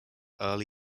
early